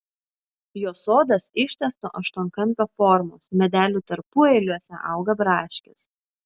jo sodas ištęsto aštuonkampio formos medelių tarpueiliuose auga braškės